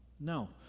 No